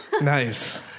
Nice